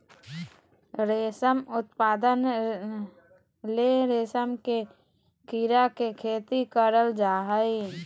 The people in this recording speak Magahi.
रेशम उत्पादन ले रेशम के कीड़ा के खेती करल जा हइ